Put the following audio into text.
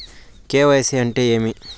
KYC అంటే ఏమి?